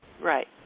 Right